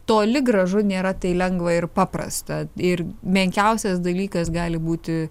toli gražu nėra tai lengva ir paprasta ir menkiausias dalykas gali būti